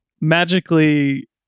magically